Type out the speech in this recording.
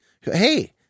Hey